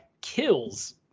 kills